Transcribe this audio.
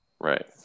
Right